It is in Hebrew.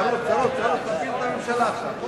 כשירות להיבחר לתפקיד רב ראשי לישראל או